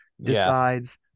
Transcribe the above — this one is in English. decides